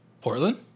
Portland